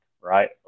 right